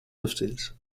fifties